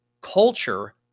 culture